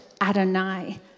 Adonai